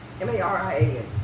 M-A-R-I-A-N